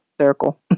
Circle